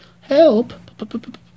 Help